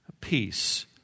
peace